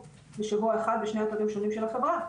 בשבוע אחד בשני אתרים שונים של החברה,